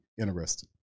interesting